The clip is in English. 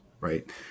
right